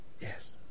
Yes